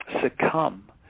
succumb